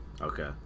Okay